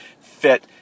fit